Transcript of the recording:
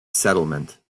settlement